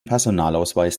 personalausweis